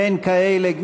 אין כאלה.